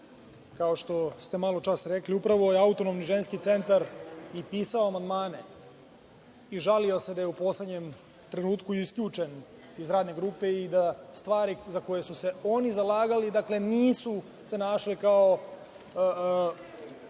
kao što ste maločas rekli. Upravo je Autonomni ženski centar i pisao amandmane i žalio se da je u poslednjem trenutku isključen iz radne grupe i da stvari za koje su se oni zalagali nisu se našle kao,